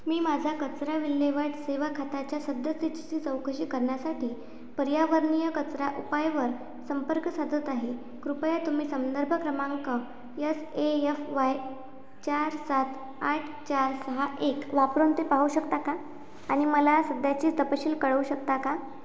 मी माझा कचरा विल्हेवाट सेवा खात्याच्या सद्यस्थितीची चौकशी करण्यासाठी पर्यावरणीय कचरा उपायवर संपर्क साधत आहे कृपया तुम्ही संदर्भ क्रमांक यस ए यफ वाय चार सात आठ चार सहा एक वापरून ते पाहू शकता का आणि मला सध्याची तपशील कळवू शकता का